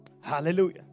hallelujah